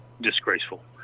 disgraceful